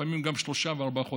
לפעמים גם שלושה וארבעה חודשים.